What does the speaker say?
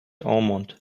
almond